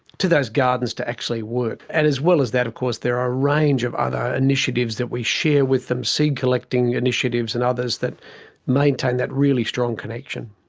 to those gardens to actually work. and as well as that of course there are a range of other initiatives that we share with them, seed collecting initiatives and others that maintain that really strong connection.